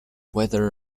whether